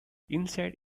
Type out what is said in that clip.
inside